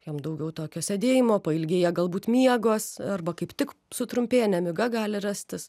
jam daugiau tokio sėdėjimo pailgėja galbūt miegas arba kaip tik sutrumpėja nemiga gali rastis